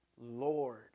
Lord